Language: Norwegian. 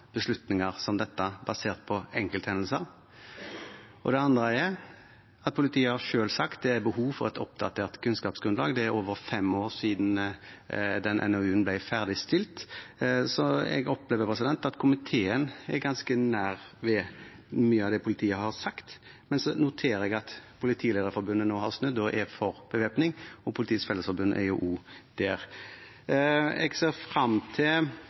beslutninger som dette basert på enkelthendelser. Det andre er at politiet selv har sagt at det er behov for et oppdatert kunnskapsgrunnlag. Det er over fem år siden den NOU-en ble ferdigstilt. Så jeg opplever at komiteen er ganske nær mye av det som politiet har sagt, men jeg noterer meg at Politilederforbundet nå har snudd og er for bevæpning. Politiets Fellesforbund er også det. Jeg ser fram til